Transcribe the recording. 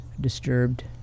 disturbed